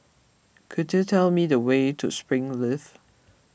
could you tell me the way to Springleaf